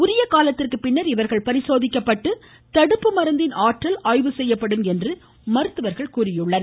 உரிய காலத்திற்கு பின்னர் இவர்கள் பரிசோதிக்கப்பட்டு தடுப்பு மருந்தின் ஆற்றல் ஆய்வு செய்யப்படும் என்று மருத்துவர்கள் தெரிவித்துள்ளனர்